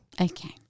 Okay